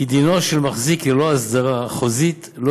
כי דינו של מחזיק ללא הסדרה חוזית לא